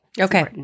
okay